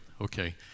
Okay